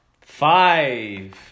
Five